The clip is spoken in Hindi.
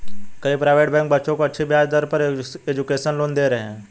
कई प्राइवेट बैंक बच्चों को अच्छी ब्याज दर पर एजुकेशन लोन दे रहे है